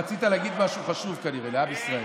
רצית להגיד משהו חשוב, כנראה, לעם ישראל.